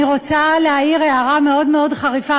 אני רוצה להעיר הערה מאוד מאוד חריפה,